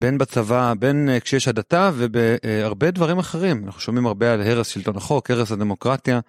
בין בצבא, בין כשיש הדתה, ובהרבה דברים אחרים. אנחנו שומעים הרבה על הרס שלטון החוק, הרס הדמוקרטיה.